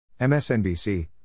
MSNBC